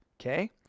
okay